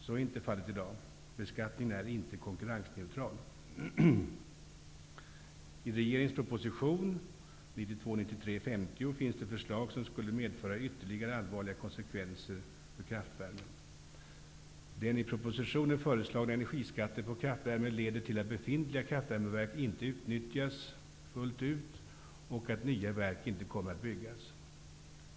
Så är inte fallet i dag. Beskattningen är inte konkurrensneutral. I regeringens proposition 1992/93:50 finns det förslag, som skulle medföra ytterligare allvarliga konsekvenser för kraftvärmen. Den i propositionen föreslagna energiskatten på kraftvärme leder till att befintliga kraftvärmeverk inte utnyttjas fullt ut och att nya verk inte kommer att byggas.